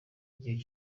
igihe